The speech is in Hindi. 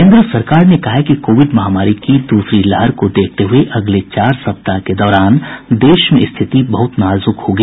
केन्द्र सरकार ने कहा है कि कोविड महामारी की दूसरी लहर को देखते हुए अगले चार सप्ताह के दौरान देश में स्थिति बहुत नाजुक होगी